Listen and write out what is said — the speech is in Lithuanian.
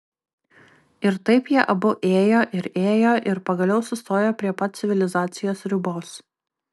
ir taip jie abu ėjo ir ėjo ir pagaliau sustojo prie pat civilizacijos ribos